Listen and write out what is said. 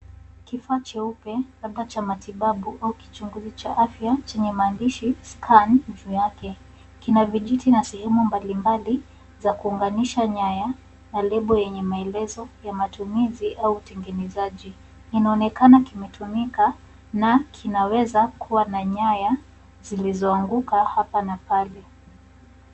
Kifaa cheupe, labda cha matibabu au kichunguzi cha afya chenye maandishi scan juu yake. Kina maandishi na sehemu mbalimbali za kuunganisha nyaya na lebo yenye maelezo ya matumizi au utengenezaji. Kinaonekana kimetumika na kinaweza kuwa na nyaya zilizoanguka hapa na pale.